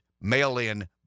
mail-in